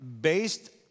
based